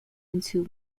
into